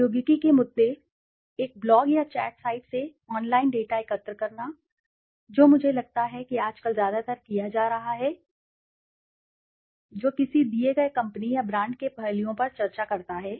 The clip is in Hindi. प्रौद्योगिकी के मुद्दे एक ब्लॉग या चैट साइट से ऑनलाइन डेटा एकत्र करना जो मुझे लगता है कि आजकल ज्यादातर किया जा रहा है जो किसी दिए गए कंपनी या ब्रांड के पहलुओं पर चर्चा करता है